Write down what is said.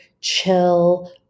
chill